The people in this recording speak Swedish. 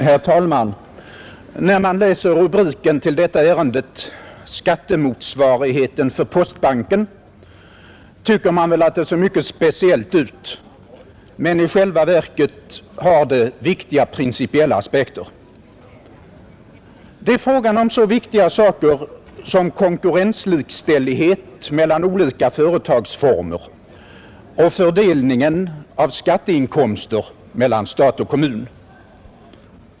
Herr talman! När man läser rubriken till detta betänkande — skattemotsvarigheten för postbanken — tycker man väl att ärendet ser mycket speciellt ut, men i själva verket har frågan viktiga principiella aspekter. Det gäller så betydelsefulla saker som konkurrenslikställighet mellan olika företagsformer och fördelningen av skatteinkomster mellan stat och kommun.